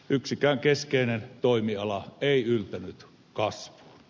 yksikään keskeinen toimiala ei yltänyt kasvuun